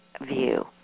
view